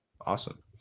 awesome